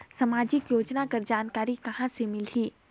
समाजिक योजना कर जानकारी कहाँ से मिलही?